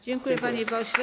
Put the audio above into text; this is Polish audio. Dziękuję, panie pośle.